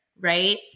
Right